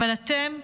אבל אתם לא.